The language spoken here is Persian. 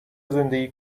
زندگی